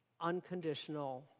unconditional